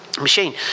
machine